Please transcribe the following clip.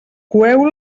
coeu